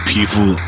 People